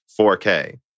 4K